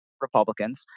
Republicans